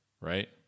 right